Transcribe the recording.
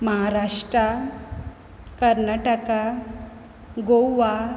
Maharashtra Karnataka Goa